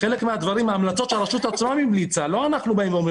חלק מההמלצות הרשות בעצמה המליצה ולא אנחנו באים ואומרים.